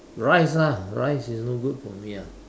rice lah rice is no good for me ah